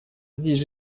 здесь